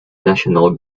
national